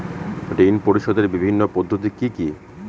ঋণ পরিশোধের বিভিন্ন পদ্ধতি কি কি?